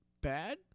bad